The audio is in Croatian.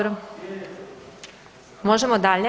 Možemo dalje?